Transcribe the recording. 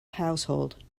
household